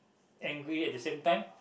angry at the same time